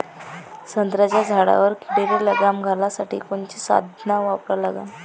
संत्र्याच्या झाडावर किडीले लगाम घालासाठी कोनचे साधनं वापरा लागन?